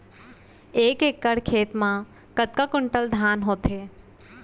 एक एकड़ खेत मा कतका क्विंटल धान होथे?